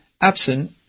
absent